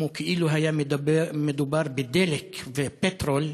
כאילו היה מדובר בדלק ופטרול,